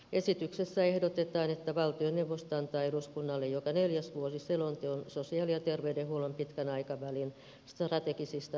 esityksessä ehdotetaan että valtioneuvosto antaa eduskunnalle joka neljäs vuosi selonteon sosiaali ja terveydenhuollon pitkän aikavälin strategisista tavoitteista